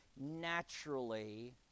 naturally